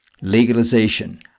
legalization